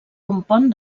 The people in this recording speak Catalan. compon